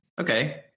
Okay